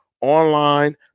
online